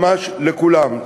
ממש לכולם.